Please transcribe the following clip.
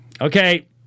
okay